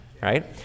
right